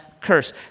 curse